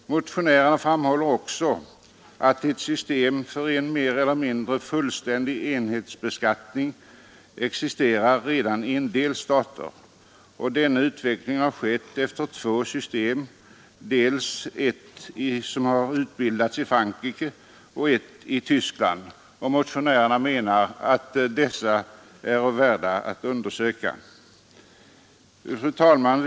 Motionärerna framhåller också att ett system för en mer eller mindre fullständig enhetsbeskattning existerar redan i en del stater och att denna utveckling har skett efter två system, ett som utbildats i Frankrike och ett som utbildats i Tyskland. Motionärerna menar att dessa är värda att undersöka. Fru talman!